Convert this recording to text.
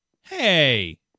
Hey